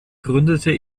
gründete